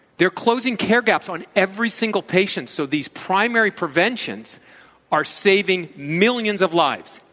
they're closing care gaps on every single patient so these primary preventions are saving millions of lives.